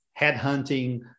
headhunting